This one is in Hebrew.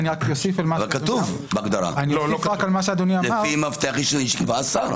אבל כתוב בהגדרה, לפי מפתח יישובים שיקבע השר.